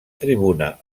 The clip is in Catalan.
tribuna